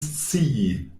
scii